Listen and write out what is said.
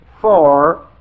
four